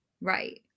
Right